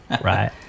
Right